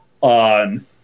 on